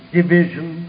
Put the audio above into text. Division